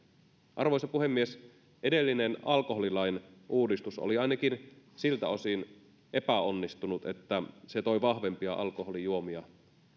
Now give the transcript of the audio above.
arvoisa puhemies edellinen alkoholilain uudistus oli ainakin siltä osin epäonnistunut että se toi vahvempia alkoholijuomia